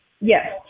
Yes